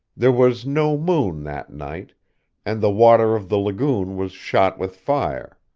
there was no moon, that night and the water of the lagoon was shot with fire.